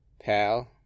Pal